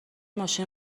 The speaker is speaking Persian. ماشین